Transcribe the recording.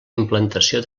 implantació